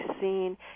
seen